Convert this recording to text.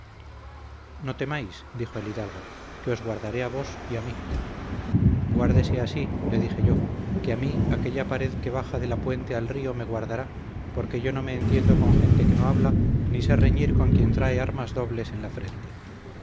no temáis dijo el hidalgo que os guardaré a vos y a mí guárdese a sí le dije yo que a mí aquella pared que baja de la puente al río me guardará porque yo no me entiendo con gente que no habla ni sé reñir con quien trae armas dobles en la frente